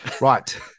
Right